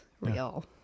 real